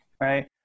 right